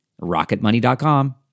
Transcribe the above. Rocketmoney.com